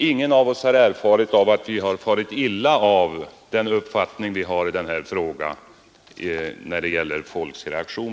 Ingen av oss har erfarit att vi farit illa av den uppfattning vi har i denna fråga när det gäller människors reaktion.